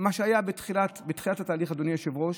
בתחילת התהליך, אדוני היושב-ראש,